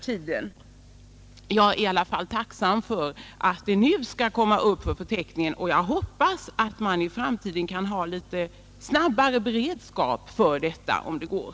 Jag är emellertid tacksam för att detta gift nu skall komma upp på narkotikaförteckningen, och jag hoppas att det i framtiden blir möjligt att ha en något bättre beredskap så att åtgärder snabbt kan vidtagas.